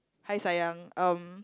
hi sayang um